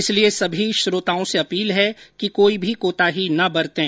इसलिए सभी श्रोताओं से अपील है कि कोई भी कोताही न बरतें